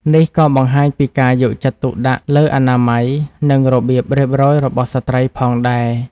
នេះក៏បង្ហាញពីការយកចិត្តទុកដាក់លើអនាម័យ និងរបៀបរៀបរយរបស់ស្ត្រីផងដែរ។